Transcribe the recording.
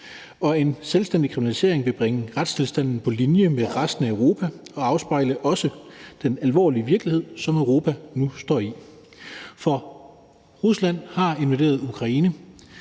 og en selvstændig kriminalisering vil bringe retstilstanden på linje med resten af Europa og også afspejle den alvorlige virkelighed, som Europa nu står i. For Rusland har invaderet Ukraine,